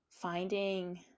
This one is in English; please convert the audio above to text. finding